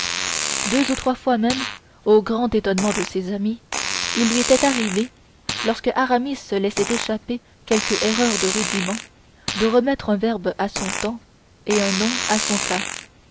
deux ou trois fois même au grand étonnement de ses amis il lui était arrivé lorsque aramis laissait échapper quelque erreur de rudiment de remettre un verbe à son temps et un nom à son